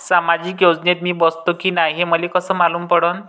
सामाजिक योजनेत मी बसतो की नाय हे मले कस मालूम पडन?